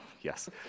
yes